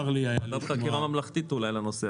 אולי צריך ועדת חקירה ממלכתית בנושא